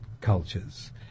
cultures